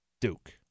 Duke